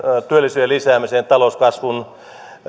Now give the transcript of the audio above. työllisyyden lisäämiseen talouskasvuun